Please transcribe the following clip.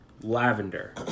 Lavender